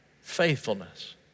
faithfulness